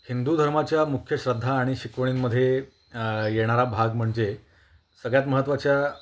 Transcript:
हिंदू धर्माच्या मुख्य श्रद्धा आणि शिकवणींमध्ये येणारा भाग म्हणजे सगळ्यात महत्त्वाच्या